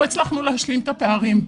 לא הצלחנו להשלים את הפערים.